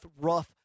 rough